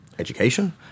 education